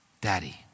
daddy